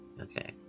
Okay